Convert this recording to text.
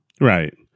Right